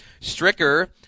Stricker